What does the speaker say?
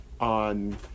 on